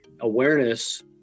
awareness